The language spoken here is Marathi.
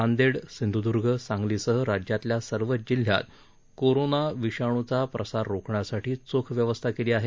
नांदेड सिंधुद्र्ग सांगलीसह राज्यातल्या सर्वच जिल्ह्यात कोरोना विषाणूचा प्रसार रोखण्यासाठी चोख व्यवस्था केली आहे